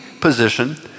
position